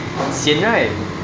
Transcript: sian right